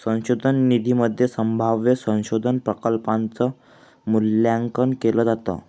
संशोधन निधीमध्ये संभाव्य संशोधन प्रकल्पांच मूल्यांकन केलं जातं